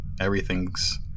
Everything's